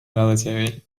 military